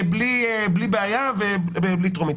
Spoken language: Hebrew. בלי בעיה ובלי טרומית.